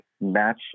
match